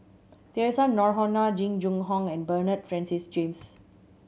Theresa Noronha Jing Jun Hong and Bernard Francis James